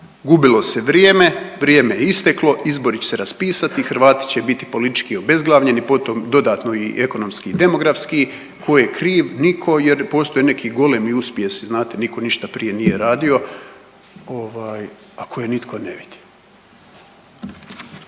gubilo se vrijeme, vrijeme je isteklo, izbori će se raspisati, Hrvati će biti politički obezglavljeni potom dodatno i ekonomski i demografski. Tko je kriv? Nitko jer ne postoje neki golemi uspjesi, znate nitko ništa prije nije radio ovaj, a koje nitko ne vidi.